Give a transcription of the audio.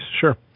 Sure